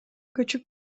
көчүп